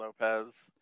lopez